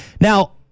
Now